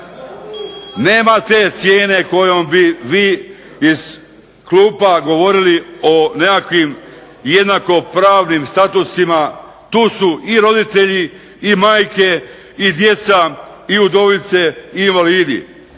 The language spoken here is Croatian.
nema te cijene kojom bi vi iz klupa govorili o nekakvim jednakopravnim statusima. Tu su i roditelji i majke i djeca i udovice i invalidi.